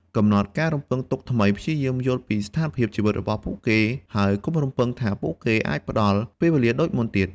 កំណត់ការរំពឹងទុកថ្មី ព្យាយាមយល់ពីស្ថានភាពជីវិតរបស់ពួកគេ ហើយកុំរំពឹងថាពួកគេអាចផ្តល់ពេលវេលាដូចមុនទៀត។